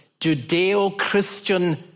Judeo-Christian